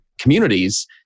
communities